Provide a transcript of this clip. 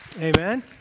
Amen